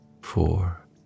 four